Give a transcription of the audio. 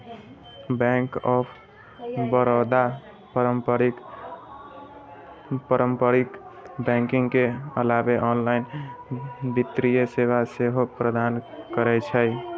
bank of Baroda पारंपरिक banking के अलावे ऑनलाइन वित्तीय सेवा सेहो प्रदान करै छै